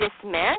dismiss